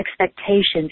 expectations